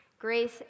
grace